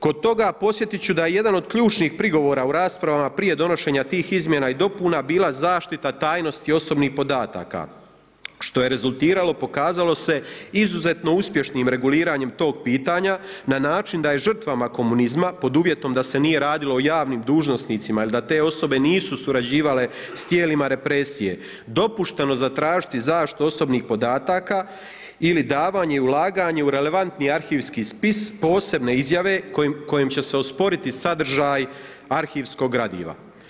Kod toga podsjetit ću da je jedan od ključnih prigovora u raspravama prije donošenja tih izmjena i dopuna bila zaštita tajnosti osobnih podataka, što je rezultiralo pokazalo se izuzetno uspješnim reguliranjem tog pitanja na način da je žrtvama komunizma, pod uvjetom da se nije radilo o javnim dužnosnicima ili da te osobe nisu surađivale s tijelima represije, dopušteno zatražiti zaštitu osobnih podataka ili davanje i ulaganje u relevantni arhivski spis posebne izjave kojim će se osporiti sadržaj arhivskog gradiva.